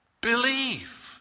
believe